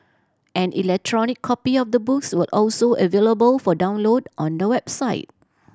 an electronic copy of the books will also available for download on the website